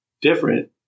different